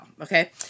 okay